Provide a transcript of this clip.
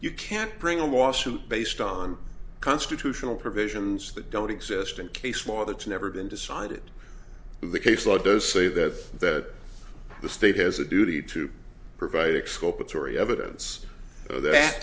you can't bring a lawsuit based on constitutional provisions that don't exist in case law that's never been decided the case law does say that that the state has a duty to provide extolled that story evidence that